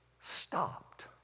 stopped